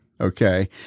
Okay